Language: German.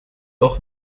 auch